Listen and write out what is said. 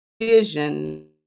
vision